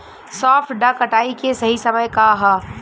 सॉफ्ट dough कटाई के सही समय का ह?